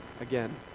Again